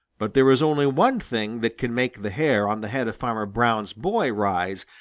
but there is only one thing that can make the hair on the head of farmer brown's boy rise,